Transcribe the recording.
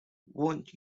won’t